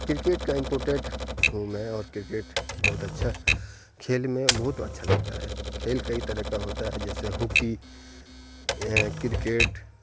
cricket کا important ہوں میں اور کرکٹ بہت اچھا کھیل میں بہت اچھا لگتا ہے کھیل کئی طرح کا ہوتا ہے جیسے ہوکی کرکٹ